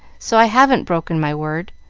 so i haven't broken my word.